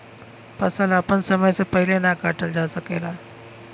फसल आपन समय से पहिले ना काटल जा सकेला